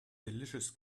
delicious